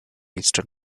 eastern